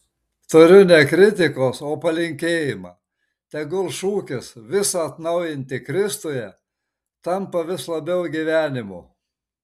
turiu ne kritikos o palinkėjimą tegul šūkis visa atnaujinti kristuje tampa vis labiau gyvenimu